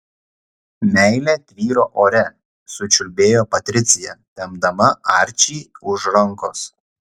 meilė tvyro ore sučiulbėjo patricija tempdama arčį už rankos